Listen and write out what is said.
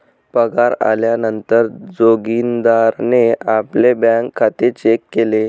पगार आल्या नंतर जोगीन्दारणे आपले बँक खाते चेक केले